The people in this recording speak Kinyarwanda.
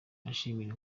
ashimira